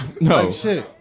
No